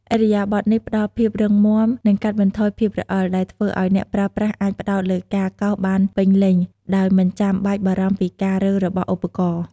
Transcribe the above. ឥរិយាបថនេះផ្តល់ភាពរឹងមាំ និងកាត់បន្ថយភាពរអិល ដែលធ្វើឱ្យអ្នកប្រើប្រាស់អាចផ្តោតលើការកោសបានពេញលេញ ដោយមិនបាច់បារម្ភពីការរើរបស់ឧបករណ៍។